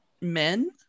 men